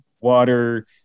water